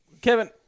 Kevin